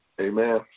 Amen